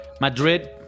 Madrid